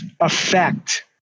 affect